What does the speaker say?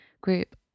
group